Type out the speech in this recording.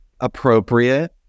appropriate